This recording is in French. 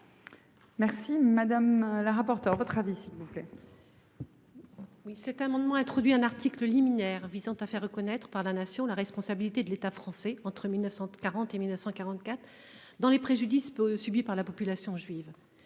Merci madame la rapporteure votre avis s'il vous plaît.